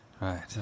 Right